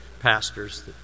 pastors